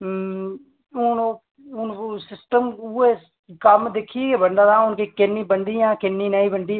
हून ओ हून ओह् सिस्टम उ'ऐ कम्म दिखियै बंदे दा हून के किन्नी बनदी जां किन्नी नेईं बनदी